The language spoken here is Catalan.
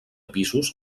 pisos